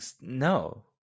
no